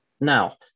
Now